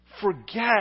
forget